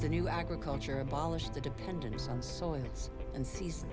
the new agriculture abolished the dependence on soil it's and season